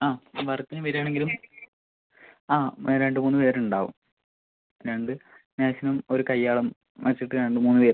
ആ വർക്കിന് വരുവാണെങ്കിലും ആ രണ്ട് മൂന്ന് പേര് ഉണ്ടാകും രണ്ട് മെയ്സണും ഒര് കയ്യാളും വശത്ത് രണ്ട് മൂന്ന് പേര് ഉണ്ടാകും